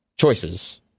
Choices